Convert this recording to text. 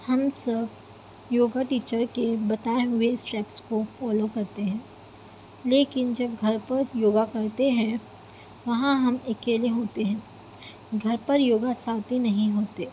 ہم سب یوگا ٹیچر کے بتائے ہوئے اسٹیپس کو فالو کرتے ہیں لیکن جب گھر پر یوگا کرتے ہیں وہاں ہم اکیلے ہوتے ہیں گھر پر یوگا ساتھی نہیں ہوتے